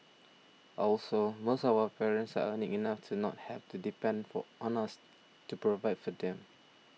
also most of our parents are earning enough to not have to depend for on us to provide for them